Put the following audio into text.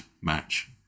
match